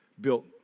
built